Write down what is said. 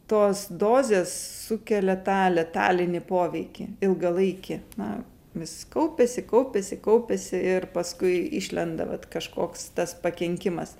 tos dozės sukelia tą letalinį poveikį ilgalaikį na vis kaupiasi kaupiasi kaupiasi ir paskui išlenda va kažkoks tas pakenkimas